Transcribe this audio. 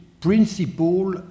principle